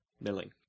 Milling